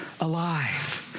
alive